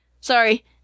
Sorry